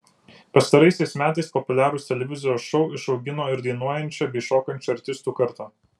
pastaraisiais metais populiarūs televizijos šou išaugino ir dainuojančią bei šokančią artistų kartą